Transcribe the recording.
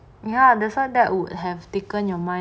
ya that's why that would have taken your mind